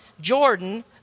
Jordan